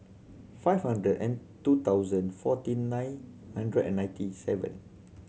five hundred and two thousand forty nine hundred and ninety seven